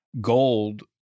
gold